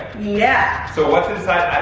yeah. so what's inside,